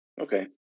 Okay